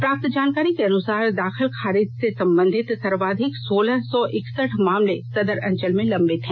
प्राप्त जानकारी के अनुसार दाखिल खारिज से सम्बंधित सर्वाधिक सोलह सौ इकसठ मामले सदर अंचल में लंबित हैं